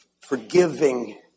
forgiving